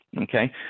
okay